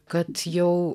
kad jau